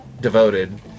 devoted